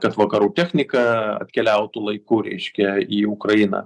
kad vakarų technika atkeliautų laiku reiškia į ukrainą